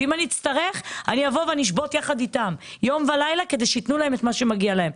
ואם אצטרך אשבות ביחד איתם יום ולילה כדי שייתנו להם את מה שמגיע להם.